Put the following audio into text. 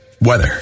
weather